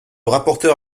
rapporteur